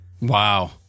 Wow